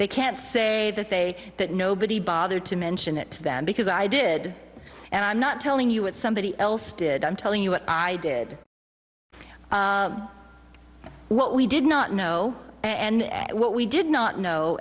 they can't say that they that nobody bothered to mention it to them because i did and i'm not telling you what somebody else did i'm telling you what i did what we did not know and what we did not know